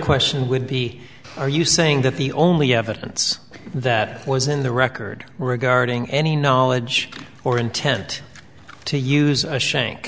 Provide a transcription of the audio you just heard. question would be are you saying that the only evidence that was in the record regarding any knowledge or intent to use a shame